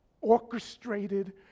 orchestrated